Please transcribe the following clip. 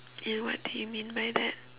and what do you mean by that